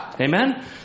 Amen